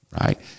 right